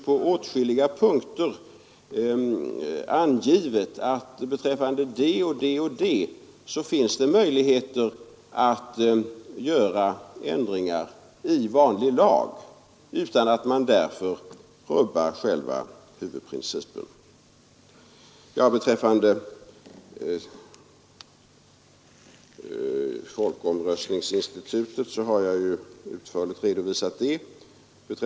På åtskilliga punkter finns angivet att beträffande det eller det finns möjligheter att göra ändringar i vanlig lag utan att därför rubba själva huvudprincipen. Beträffande folkomröstningsinstitutet har jag gjort en utförlig redovisning.